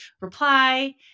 reply